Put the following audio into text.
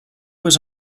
was